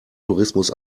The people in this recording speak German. tourismus